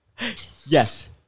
Yes